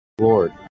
Lord